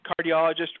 cardiologist